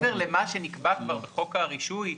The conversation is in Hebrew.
מעבר למה שנקבע כבר בחוק הרישוי,